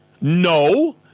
No